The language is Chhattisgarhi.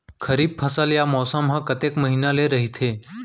खरीफ फसल या मौसम हा कतेक महिना ले रहिथे?